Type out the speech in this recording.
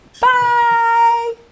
Bye